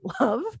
love